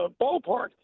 ballpark